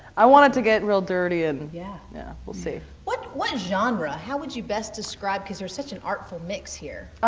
i want it to get real dirty and, yeah yeah we'll see. what what genre? how would you best describe, cause there's such an artful mix here.